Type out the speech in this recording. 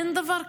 אין דבר כזה.